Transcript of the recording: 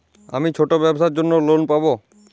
আমি ছোট ব্যবসার জন্য লোন পাব?